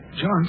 John